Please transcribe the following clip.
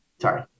Sorry